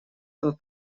тот